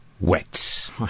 WETS